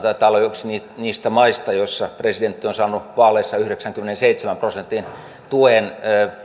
taitaa olla yksi niistä maista joissa presidentti on saanut vaaleissa yhdeksänkymmenenseitsemän prosentin tuen